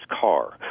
car